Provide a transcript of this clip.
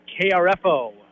KRFO